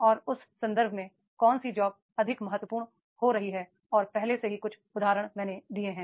और उस संदर्भ में कौन सी जॉब अधिक महत्वपूर्ण हो रही है और पहले से ही कुछ उदाहरण मैंने दिए हैं